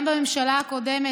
גם בממשלה הקודמת,